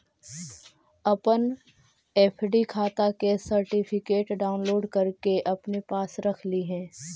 अपन एफ.डी खाता के सर्टिफिकेट डाउनलोड करके अपने पास रख लिहें